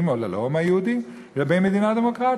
או ללאום היהודי לבין מדינה דמוקרטית.